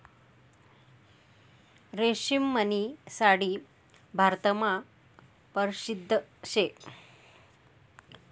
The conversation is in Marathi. रेशीमनी साडी भारतमा परशिद्ध शे